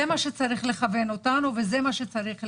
זה מה שצריך לכוון אותנו וזה מה שצריך להדגיש.